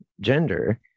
gender